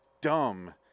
dumb